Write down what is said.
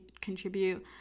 contribute